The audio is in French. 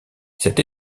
cette